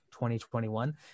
2021